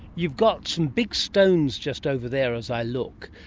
you've got some big stones just over there, as i look,